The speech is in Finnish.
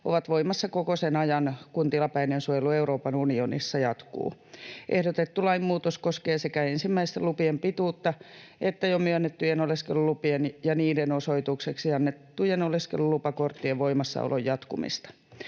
ovat voimassa koko sen ajan, kun tilapäinen suojelu Euroopan unionissa jatkuu. Ehdotettu lainmuutos koskee sekä ensimmäisten lupien pituutta että jo myönnettyjen oleskelulupien ja niiden osoitukseksi annettujen oleskelulupakorttien voimassaolon jatkumista.